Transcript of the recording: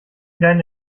deine